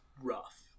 rough